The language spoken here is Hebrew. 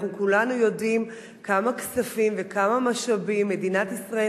אנחנו כולנו יודעים כמה כספים וכמה משאבים מדינת ישראל